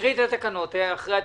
תקריא את התקנות אחרי התיקונים.